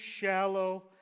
shallow